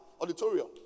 auditorium